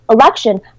Election